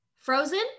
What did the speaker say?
frozen